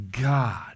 God